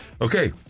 Okay